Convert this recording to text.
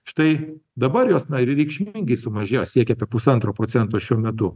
štai dabar jos nariai reikšmingai sumažėjo siekia apie pusantro procento šiuo metu